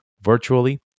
virtually